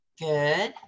Good